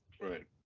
Right